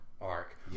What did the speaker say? arc